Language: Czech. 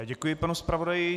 Děkuji panu zpravodaji.